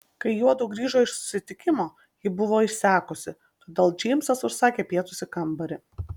kai juodu grįžo iš susitikimo ji buvo išsekusi todėl džeimsas užsakė pietus į kambarį